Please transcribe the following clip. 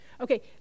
Okay